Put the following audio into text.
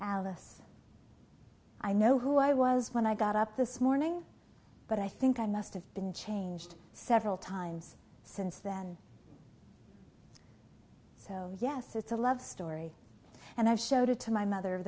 alice i know who i was when i got up this morning but i think i must have been changed several times since then so yes it's a love story and i showed it to my mother